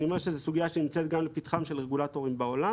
אני אומר שזאת סוגיה שנמצאת גם לפתחם של רגולטורים בעולם